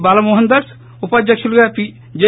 బాలమోహన్ దాస్ ఉపాధ్యకులుగా జె